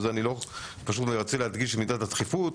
אני רוצה להדגיש את מידת הדחיפות,